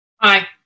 Aye